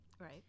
Right